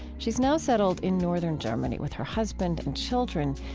she's now settled in northern germany with her husband and children.